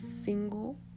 single